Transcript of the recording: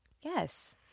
yes